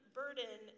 burden